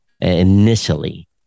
initially